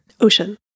Ocean